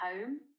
home